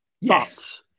Yes